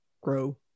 grow